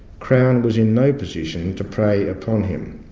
crown was in no position to prey upon him.